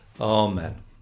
amen